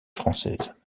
française